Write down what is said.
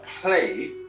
play